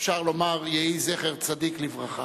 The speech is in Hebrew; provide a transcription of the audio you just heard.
אפשר לומר: יהי זכר צדיק לברכה.